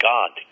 God